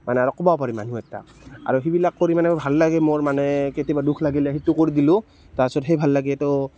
মানে আৰু ক'ব পাৰি মানুহ এটাক আৰু সেইবিলাক কৰি মানে ভাল লাগে মোৰ মানে কেতিয়াবা দুখ লাগিলে সেইটো কৰি দিলোঁ তাৰ পাছত সেই ভাল লাগে তো